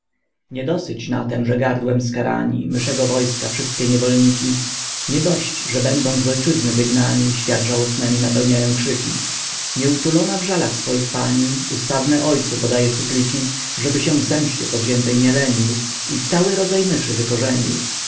nie dosyć na tem że gardłem skarani myszego wojska wszystkie niewolniki nie dość że będąc z ojczyzny wygnani świat żałośnemi napełniają krzyki nieutulona w żalach swoich pani ustawne ojcu podaje supliki żeby się w zemście powziętej nie lenił i cały rodzaj myszy wykorzenił